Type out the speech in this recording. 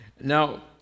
Now